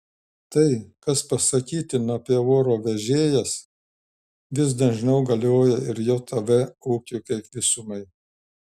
tai kas pasakytina apie oro vežėjas vis dažniau galioja ir jav ūkiui kaip visumai